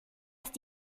ist